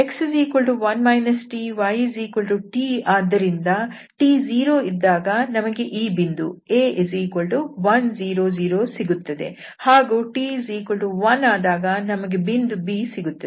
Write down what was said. x1 t yt ಆದ್ದರಿಂದ t0ಇದ್ದಾಗ ನಮಗೆ ಈ ಬಿಂದು A1 0 0 ಸಿಗುತ್ತದೆ ಹಾಗೂt1ಆದಾಗ ನಮಗೆ ಬಿಂದು Bಸಿಗುತ್ತದೆ